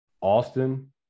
austin